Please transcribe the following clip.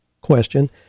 question